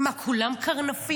מה, כולם קרנפים?